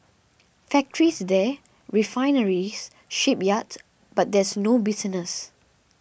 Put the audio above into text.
factories there refineries shipyards but there's no business